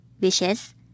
Wishes